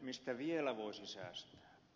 mistä vielä voisi säästää